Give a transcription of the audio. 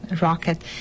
rocket